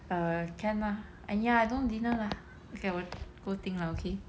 err can lah !aiya! I don't want dinner lah okay lah 我 poor thing lah okay